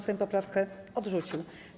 Sejm poprawkę odrzucił.